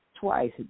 twice